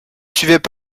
suivaient